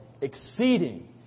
exceeding